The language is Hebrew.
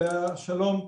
עליה השלום,